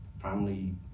family